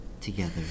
together